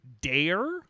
dare